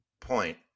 point